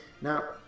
Now